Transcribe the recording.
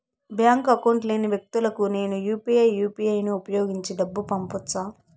Bank account లేని వ్యక్తులకు నేను యు పి ఐ యు.పి.ఐ ను ఉపయోగించి డబ్బు పంపొచ్చా?